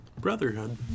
Brotherhood